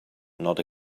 not